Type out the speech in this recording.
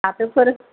फाथोफोर